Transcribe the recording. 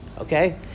Okay